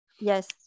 Yes